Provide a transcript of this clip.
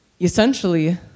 Essentially